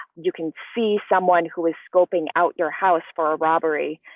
you can see someone who is scoping out your house for a robbery.